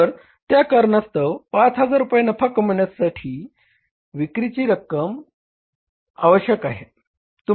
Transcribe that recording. तर त्या कारणास्तव 5000 रुपये नफा मिळविण्यासाठी विक्रीची रक्कम आवश्यक आहे